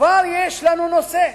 כבר יש לנו נושא.